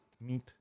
meat